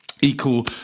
equal